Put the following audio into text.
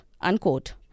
Unquote